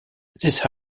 these